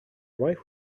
wife